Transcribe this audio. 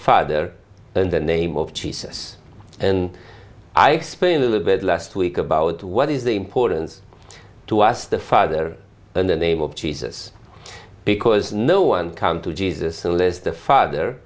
father in the name of jesus and i experience a little bit last week about what is the importance to us the father in the name of jesus because no one come to jesus unless the father